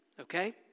Okay